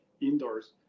indoors